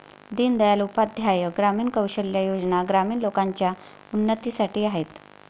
दीन दयाल उपाध्याय ग्रामीण कौशल्या योजना ग्रामीण लोकांच्या उन्नतीसाठी आहेत